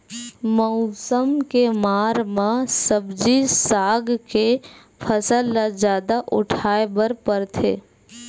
मउसम के मार म सब्जी साग के फसल ल जादा उठाए बर परथे